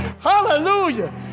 hallelujah